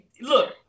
look